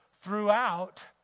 throughout